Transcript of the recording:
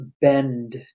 bend